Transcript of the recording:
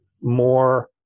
more